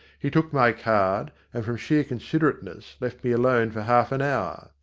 he took my card, and from sheer considerateness left me alone for half an hour.